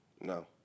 no